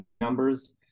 numbers